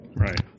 Right